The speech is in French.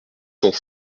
cent